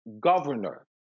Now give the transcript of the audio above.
governor